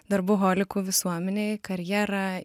darboholikų visuomenėj karjera